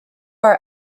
are